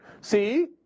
See